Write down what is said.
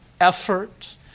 effort